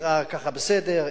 נראה ככה בסדר,